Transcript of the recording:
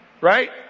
Right